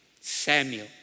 Samuel